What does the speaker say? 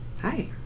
Hi